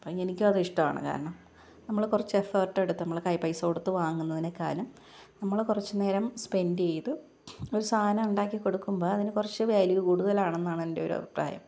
അപ്പം എനിക്കും അത് ഇഷ്ടമാണ് കാരണം നമ്മൾ കുറച്ച് എഫേര്ട്ട് എടുത്ത് നമ്മൾ കൈയിൽ പൈസ കൊടുത്ത് വാങ്ങുന്നതിനേക്കാളും നമ്മൾ കുറച്ച് നേരം സ്പെന്റ് ചെയ്ത് ഒരു സാധനം ഉണ്ടാക്കി കൊടുക്കുമ്പോൾ അതിനു കുറച്ച് വാല്യൂ കൂടുതലാണെന്നാണ് എന്റെ ഒരു അഭിപ്രായം